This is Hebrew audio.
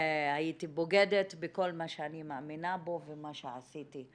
הייתי בוגדת בכל מה שאני מאמינה בו ומה שעשיתי.